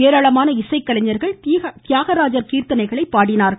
ஏராளமான இசைக்கலைஞர்கள் தியாகராஜர் கீர்த்தனைகளை பாடினார்கள்